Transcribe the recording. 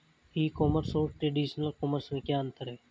ई commerce और traditional commerce में क्या अंतर है?